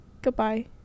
Goodbye